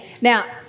Now